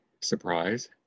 surprise